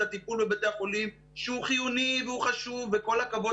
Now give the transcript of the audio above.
הטיפול בבתי החולים שהוא חיוני והוא חשוב וכל הכבוד